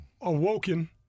awoken